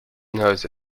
noz